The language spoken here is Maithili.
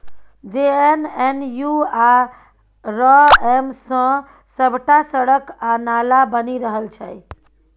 जे.एन.एन.यू.आर.एम सँ सभटा सड़क आ नाला बनि रहल छै